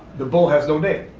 the bull has no name.